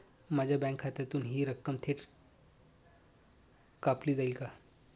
माझ्या बँक खात्यातून हि रक्कम थेट कापली जाईल का?